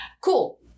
cool